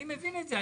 אני מבין את זה.